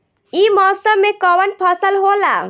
ई मौसम में कवन फसल होला?